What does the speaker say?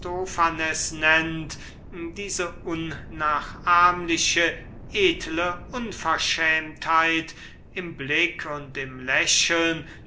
diese unnachahmliche edle unverschämtheit im blick und im lächeln